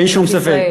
אין שום ספק.